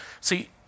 see